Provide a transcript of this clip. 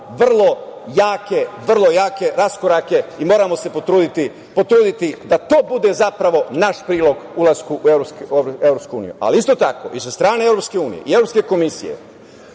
tu imamo vrlo jake raskorake i moramo se potruditi da to bude zapravo naš prilog ulasku u EU.Isto tako, i sa strane EU i Evropske